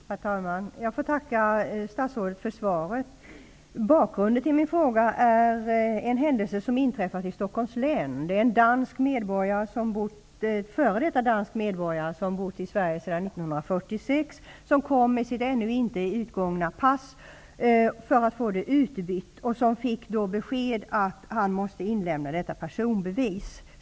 Herr talman! Jag får tacka statsrådet för svaret. Bakgrunden till min fråga är en händelse som inträffat i Stockholms län. En före detta dansk medborgare som bott i Sverige sedan 1946 lämnade sitt ännu inte utgångna pass för att få det utbytt, men fick beskedet att han måste inlämna personbevis.